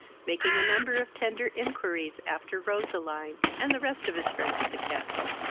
making a number of tender inquiries after roseline and the rest of his friends at the castle.